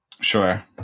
Sure